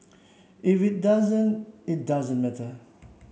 if it doesn't it doesn't matter